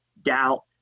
doubt